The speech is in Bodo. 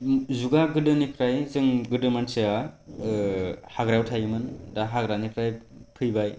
जुगा गोदोनिफ्राय जों गोदो मानसिया ओ हाग्रायाव थायोमोन दा हाग्रानिफ्राय फैबाय